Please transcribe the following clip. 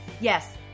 Yes